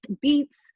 beets